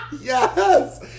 Yes